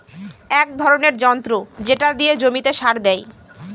এক ধরনের যন্ত্র যেটা দিয়ে জমিতে সার দেয়